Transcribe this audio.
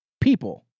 people